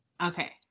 Okay